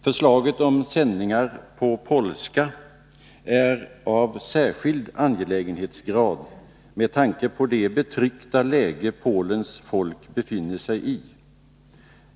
Förslaget om sändningar på polska är av en särskild angelägenhetsgrad med tanke på det betryckta läge Polens folk befinner sig i.